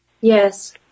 Yes